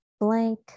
blank